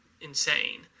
insane